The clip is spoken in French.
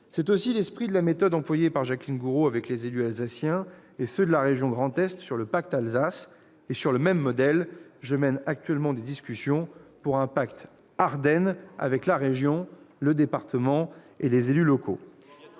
C'est aussi l'esprit de la méthode employée par Jacqueline Gourault, avec les élus alsaciens et ceux de la région Grand-Est pour ce qui concerne le pacte Alsace. Sur le même modèle, je mène actuellement des discussions pour conclure un pacte Ardennes avec la région, le département et des élus locaux.